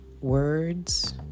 words